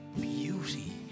beauty